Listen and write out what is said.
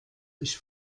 ich